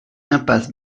impasse